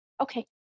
okay